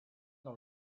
dans